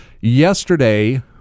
yesterday